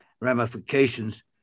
ramifications